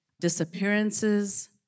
Disappearances